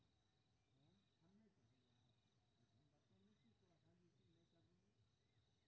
अगर हमर किस्त फैल भेलय त कै टा किस्त फैल होय के बाद हमरा नोटिस मिलते?